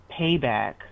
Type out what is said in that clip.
payback